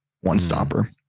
one-stopper